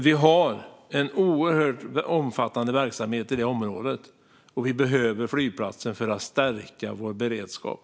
Vi har en oerhört omfattande verksamhet i detta område, och vi behöver flygplatsen för att stärka vår beredskap.